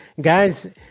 Guys